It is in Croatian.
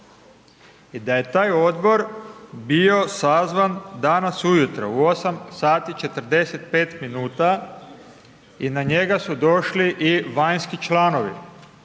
i da je taj odbor bio sazvan danas ujutro u 8,45 sati i na njega su došli i vanjski članovi.